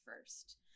first